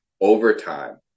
overtime